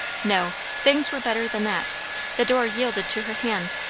no things were better than that the door yielded to her hand.